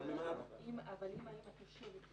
לכאורה אני כל הזמן שומע ולא מצליח להבין,